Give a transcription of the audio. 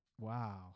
Wow